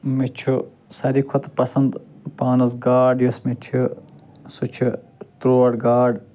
مےٚ چھُ ساروی کھۄتہٕ پسنٛد گاڈ یۄس مےٚ چھِ سۄ چھِ ترٛوڈ گاڈ